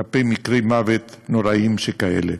כלפי מקרי מוות נוראיים שכאלה.